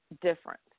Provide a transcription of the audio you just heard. different